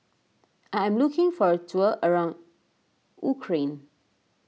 I am looking for a tour around Ukraine